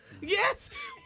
Yes